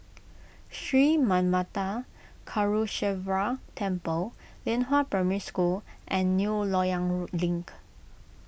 Sri Manmatha Karuneshvarar Temple Lianhua Primary School and New Loyang row Link